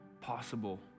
possible